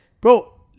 bro